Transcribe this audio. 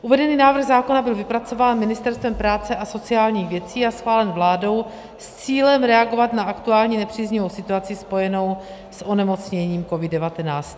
Uvedený návrh zákona byl vypracován Ministerstvem práce a sociálních věcí a schválen vládou s cílem reagovat na aktuální nepříznivou situaci spojenou s onemocněním COVID19.